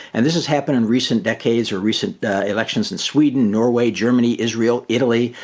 and this has happened in recent decades or recent elections in sweden, norway, germany, israel, italy,